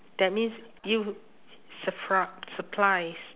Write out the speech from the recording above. that means you supri~ supplies